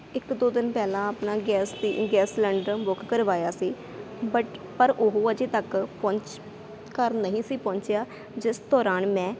ਇੱਕ ਦੋ ਦਿਨ ਪਹਿਲਾਂ ਆਪਣਾ ਗੈਸ ਦੀ ਗੈਸ ਸਿਲੰਡਰ ਬੁੱਕ ਕਰਵਾਇਆ ਸੀ ਬਟ ਪਰ ਉਹ ਅਜੇ ਤੱਕ ਪਹੁੰਚ ਘਰ ਨਹੀਂ ਸੀ ਪਹੁੰਚਿਆ ਜਿਸ ਦੌਰਾਨ ਮੈਂ